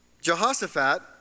Jehoshaphat